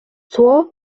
tor